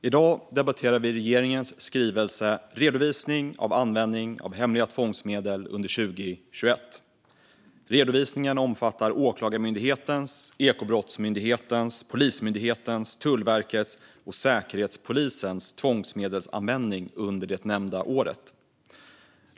Fru talman! I dag debatterar vi regeringens skrivelse Redovisning av användningen av hemliga tvångsmedel under 2021 . Redovisningen omfattar Åklagarmyndighetens, Ekobrottsmyndighetens, Polismyndighetens, Tullverkets och Säkerhetspolisens tvångsmedelsanvändning under det nämnda året.